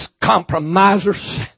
compromisers